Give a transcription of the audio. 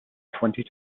twenty